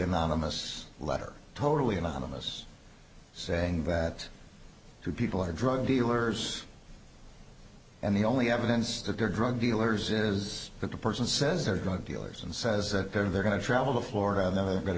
anonymous letter totally anonymous saying that two people are drug dealers and the only evidence that they're drug dealers is that the person says are drug dealers and says that they're going to travel to florida and the